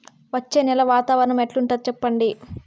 వచ్చే నెల వాతావరణం ఎట్లుంటుంది చెప్పండి?